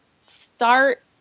start